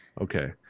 Okay